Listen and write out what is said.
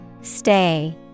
Stay